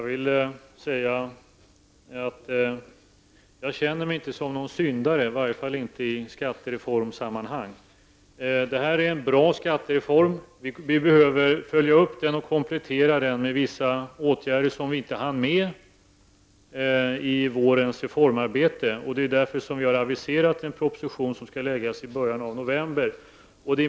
Herr talman! Jag känner mig inte som någon syndare, i varje fall inte i skattereformsammanhang. Det här är en bra skattereform. Vi behöver följa upp den och komplettera den med vissa åtgärder, som vi inte hann med i vårens reformarbete. Det är därför vi har aviserat en proposition till i början av november.